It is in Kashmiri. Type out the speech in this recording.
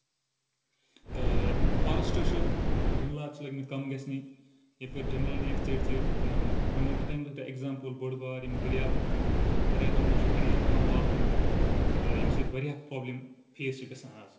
تہٕ فاریسٹ چھُ جنٛگلات چھِ لٔگمٕتۍ کم گژھنہِ یَپٲرۍ جنٛگل نِیِکھ ژَٹۍ ژَٹۍ یا مےٚ ووٚن اوتام تہِ تۄہہِ اٮ۪کزامپٕل بٔڑ بار یِمن دٔریابن ہُنٛد دٔریابَن منٛز چھُ واریاہ کَم آب گوٚومُت ییٚمہِ سۭتۍ واریاہ پرابلِم فیس چھِ گژھان آز